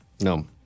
No